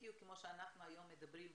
בדיוק כמו שאנחנו היום מדברים בזום,